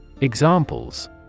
Examples